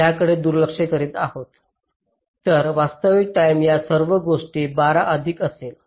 तर वास्तविक टाईम या सर्व गोष्टी 12 अधिक असेल